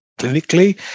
clinically